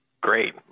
Great